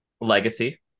legacy